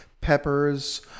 peppers